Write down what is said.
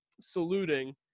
saluting